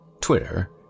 Twitter